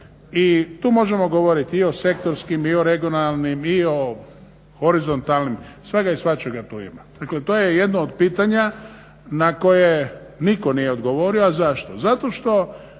i tu možemo govoriti i o sektorskim i o regionalnim i o horizontalnim, svega i svačega tu ima. Dakle, to je jedno od pitanja na koje nitko nije odgovorio, a zašto? Zato što